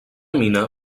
mina